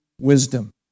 wisdom